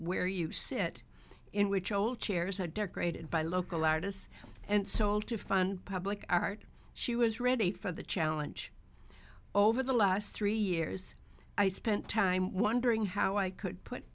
where you sit in which old chairs are decorated by local artists and sold to fund public art she was ready for the challenge over the last three years i spent time wondering how i could put